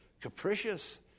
capricious